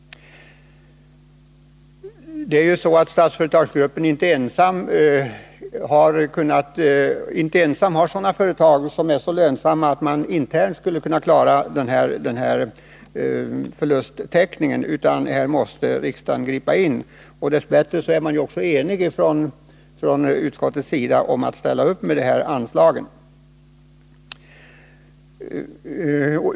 Statsföretagsgruppen harinte så lönsamma företag att den internt kan klara förlusttäckningen. Här måste riksdagen gripa in, och dess bättre är utskottet också enigt när det gäller att bevilja anslag.